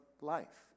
life